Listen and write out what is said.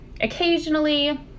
occasionally